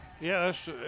Yes